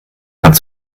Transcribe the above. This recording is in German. hat